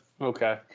Okay